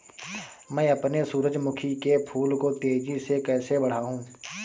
मैं अपने सूरजमुखी के फूल को तेजी से कैसे बढाऊं?